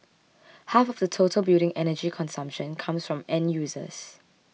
half of the total building energy consumption comes from end users